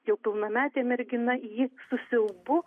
jau pilnametė mergina ji su siaubu